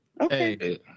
Okay